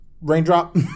raindrop